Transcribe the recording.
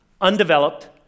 undeveloped